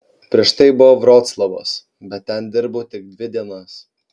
prieš tai buvo vroclavas bet ten dirbau tik dvi dienas